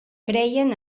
creien